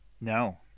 No